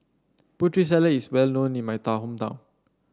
Putri Salad is well known in my hometown